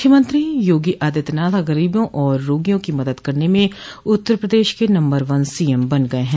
मुख्यमंत्री योगी आदित्यनाथ गरीबों और रोगियों की मदद करने में उत्तर प्रदेश के नम्बर वन सीएम बन गये हैं